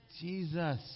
Jesus